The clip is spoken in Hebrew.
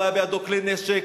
לא היה בידו כלי נשק,